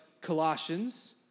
Colossians